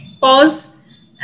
pause